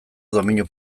domeinu